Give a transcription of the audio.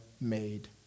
made